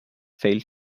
failed